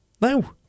No